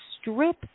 strip